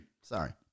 sorry